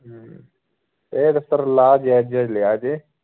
ਹੂੰ rate sir ਲਾ ਜਾਇਜ਼ ਜਾਇਜ਼ ਲਿਓ ਜੀ